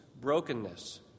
brokenness